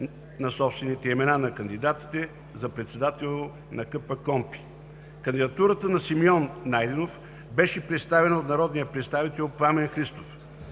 на собствените имена на кандидатите за председател на КПКОНПИ. Кандидатурата на Симеон Найденов беше представена от народния представител Пламен Христов.